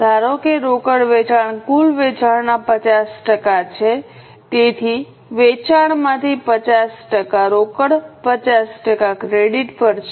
ધારો કે રોકડ વેચાણ કુલ વેચાણના 50 ટકા છે તેથી વેચાણમાંથી 50 ટકા રોકડ 50 ટકા ક્રેડિટ પર છે